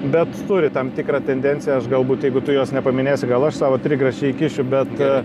bet turi tam tikrą tendenciją aš galbūt jeigu tu jos nepaminėsi gal aš savo trigrašį įkišiu bet